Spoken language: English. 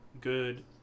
good